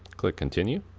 click continue,